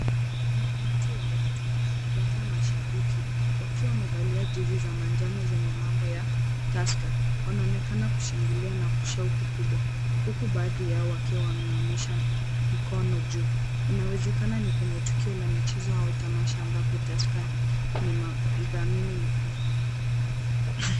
Kuna umati wa watu, labda mashabiki, wakiwa wamevalia jezi za manjano zenye mambo ya Tusker. Wanaonekana kushangilia na kushauku kubwa, huku baadhi yao wakiwa wameonyesha mkono juu, inawezana ni kwenye tukio la michezo au tamasha ambapo Tusker ni madhamini mkuu.